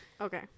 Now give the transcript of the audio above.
okay